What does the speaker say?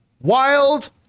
Wild